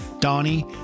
Donnie